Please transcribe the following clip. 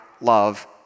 love